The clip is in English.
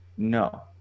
no